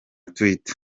twitter